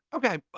okay,